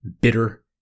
Bitter